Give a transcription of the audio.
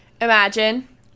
Imagine